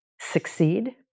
succeed